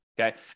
Okay